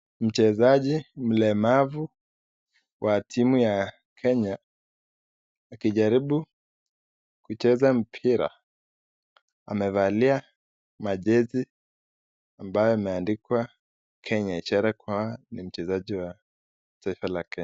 Mchezaji mlemavu wa nchi ya Kenya akijaribu kucheza mpira, amevalia mjezi ambalo limeandikwa Kenya. Cherekwa ni mchezaji wa taifa la Kenya.